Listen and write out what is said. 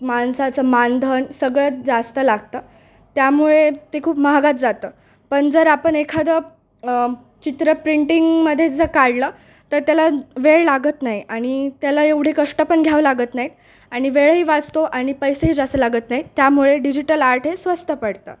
माणसाचं मानधन सगळं जास्त लागतं त्यामुळे ते खूप महागात जातं पण जर आपण एखादं चित्र प्रिंटिंगमध्ये जर काढलं तर त्याला वेळ लागत नाही आणि त्याला एवढे कष्ट पण घ्यावे लागत नाहीत आणि वेळही वाचतो आणि पैसेही जास्त लागत नाहीत त्यामुळे डिजिटल आर्ट हे स्वस्त पडतं